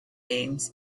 names